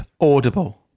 audible